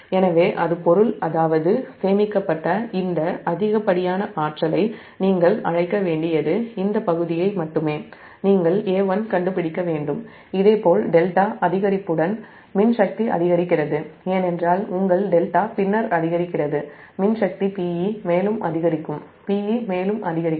எனவே அது சேமிக்கப்பட்ட பொருள் அதாவது இந்த அதிகப்படியான ஆற்றலை நீங்கள் அழைக்க வேண்டியது இந்த பகுதியை மட்டுமே நீங்கள் A1 கண்டுபிடிக்க வேண்டும் இதேபோல் δஅதிகரிப்புடன் மின் சக்தி அதிகரிக்கிறது ஏனென்றால் உங்கள்δ பின்னர் அதிகரிக்கிறதுமின் சக்தி Pe மேலும் அதிகரிக்கும் Pe மேலும் அதிகரிக்கும்